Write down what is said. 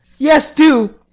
yes, do.